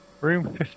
Room